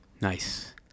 Nice